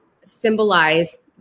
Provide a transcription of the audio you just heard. symbolize